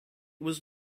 was